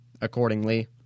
accordingly